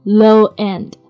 low-end